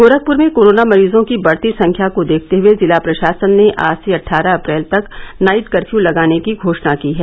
गोरखपुर में कोरोना मरीजों की बढ़ती संख्या को देखते हुए जिला प्रशासन ने आज से अट्ठारह अप्रैल तक नाइट कफ्यू लगाने की घोषणा की है